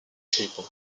chapel